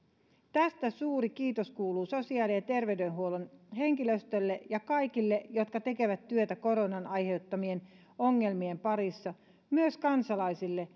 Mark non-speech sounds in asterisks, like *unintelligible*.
tästä suuri kiitos kuuluu sosiaali ja terveydenhuollon henkilöstölle ja kaikille jotka tekevät työtä koronan aiheuttamien ongelmien parissa ja myös kansalaisille *unintelligible*